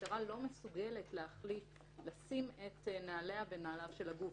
המשטרה לא מסוגלת לשים את נעליה בנעליו של הגוף.